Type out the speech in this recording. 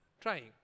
trying